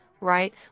right